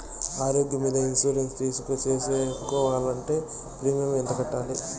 ఆరోగ్యం మీద ఇన్సూరెన్సు సేసుకోవాలంటే ప్రీమియం ఎంత కట్టాలి?